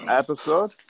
episode